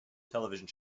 television